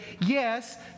yes